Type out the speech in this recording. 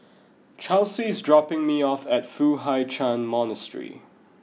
Chelsi is dropping me off at Foo Hai Ch'an Monastery